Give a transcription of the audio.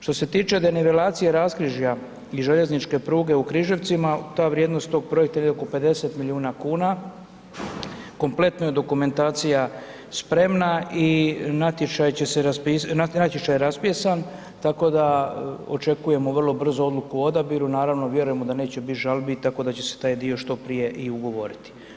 Što se tiče denivelacije raskrižja i željezničke pruge u Križevcima, ta vrijednost tog projekta je negdje oko 50 milijuna kuna, kompletna je dokumentacija spremna i natječaj će se raspisati, natječaj je raspisan, tako da očekujemo vrlo brzo odluku o odabiru, naravno vjerujemo da neće biti žalbi tako da će se taj dio što prije i ugovoriti.